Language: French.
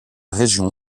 région